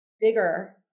bigger